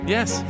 Yes